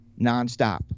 nonstop